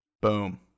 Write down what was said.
Boom